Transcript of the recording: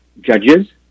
judges